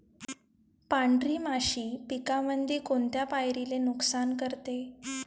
पांढरी माशी पिकामंदी कोनत्या पायरीले नुकसान करते?